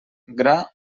gra